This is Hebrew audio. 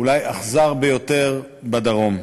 אולי אכזר ביותר, בדרום.